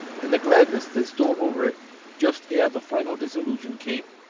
and the gladness that stole over it just ere the final dissolution came,